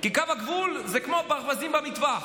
כי קו הגבול זה כמו ברווזים במטווח.